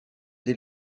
dès